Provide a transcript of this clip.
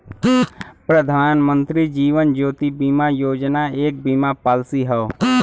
प्रधानमंत्री जीवन ज्योति बीमा योजना एक बीमा पॉलिसी हौ